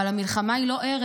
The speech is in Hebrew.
אבל המלחמה היא לא ערך.